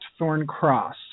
@thorncross